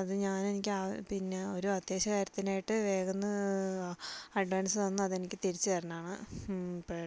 അത് ഞാനെനിക്ക് ആ പിന്നെ ഒരു അത്യാവശ്യ കാര്യത്തിനായിട്ട് വേഗമൊന്നു അഡ്വാൻസ് തന്നു അതെനിക്ക് തിരിച്ച് തരാനാണ്